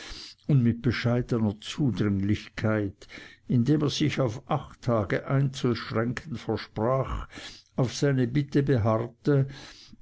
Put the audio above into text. und mit bescheidener zudringlichkeit indem er sich auf acht tage einzuschränken versprach auf seine bitte beharrte